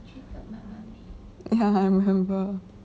ya I remember